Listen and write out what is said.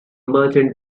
merchant